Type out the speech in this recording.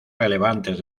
relevantes